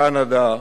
קנדה,